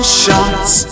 shots